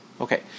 Okay